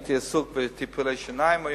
הייתי עסוק היום בטיפולי שיניים,